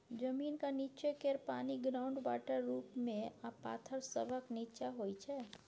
जमीनक नींच्चाँ केर पानि ग्राउंड वाटर रुप मे आ पाथर सभक नींच्चाँ होइ छै